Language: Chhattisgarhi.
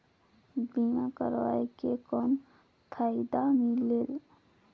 बीमा करवाय के कौन फाइदा मिलेल?